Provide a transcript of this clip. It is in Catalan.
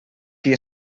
qui